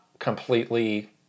completely